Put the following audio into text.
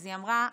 היא אמרה: